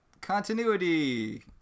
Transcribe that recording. continuity